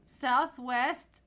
southwest